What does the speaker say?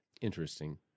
Interesting